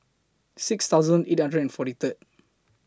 six thousand eight hundred and forty Third